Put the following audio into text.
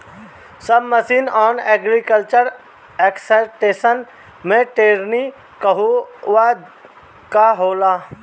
सब mission on agriculture extension मै टेरेनीं कहवा कहा होला?